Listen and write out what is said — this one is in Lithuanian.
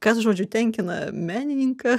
kas žodžiu tenkina menininką